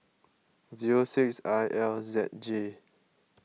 zero six I L Z J